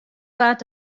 waard